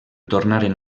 tornaren